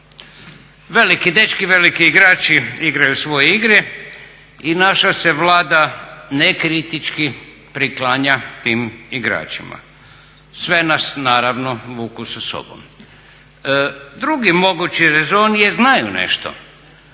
Veliki dečki, veliki igrači igraju svoje igre i naša se Vlada nekritički priklanja tim igračima. Sve nas naravno vuku sa sobom. Drugi mogući rezon je znaju nešto,